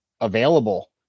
available